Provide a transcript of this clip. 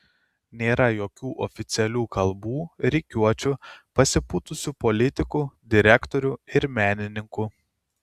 nėra jokių oficialių kalbų rikiuočių pasipūtusių politikų direktorių ir menininkų